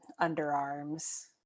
underarms